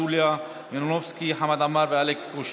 יוליה מלינובסקי קונין,